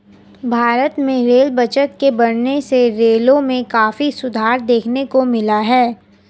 भारत में rail budget के बढ़ने से रेलों में काफी सुधार देखने को मिला है